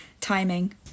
timing